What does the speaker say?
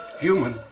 human